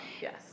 yes